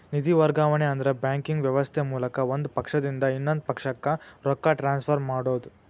ನಿಧಿ ವರ್ಗಾವಣೆ ಅಂದ್ರ ಬ್ಯಾಂಕಿಂಗ್ ವ್ಯವಸ್ಥೆ ಮೂಲಕ ಒಂದ್ ಪಕ್ಷದಿಂದ ಇನ್ನೊಂದ್ ಪಕ್ಷಕ್ಕ ರೊಕ್ಕ ಟ್ರಾನ್ಸ್ಫರ್ ಮಾಡೋದ್